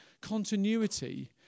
continuity